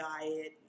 diet